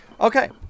Okay